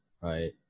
right